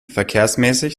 verkehrsmäßig